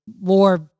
more